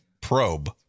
Probe